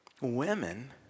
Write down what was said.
women